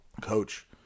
coach